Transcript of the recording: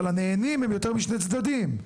אבל הנהנים הם יותר משני צדדים.